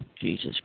Jesus